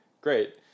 great